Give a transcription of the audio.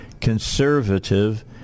conservative